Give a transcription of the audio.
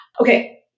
Okay